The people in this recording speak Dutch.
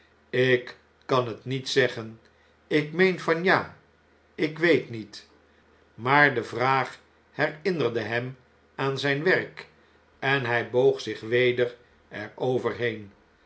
ik kan het niet zeggen ik meen van j a ik weet niet maar de vraag herinnerde hem aan zjjn werk en hij boog zich